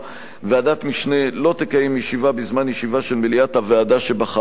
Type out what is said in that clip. ועדת משנה לא תקיים ישיבה בזמן ישיבה של מליאת הוועדה שבחרה אותה.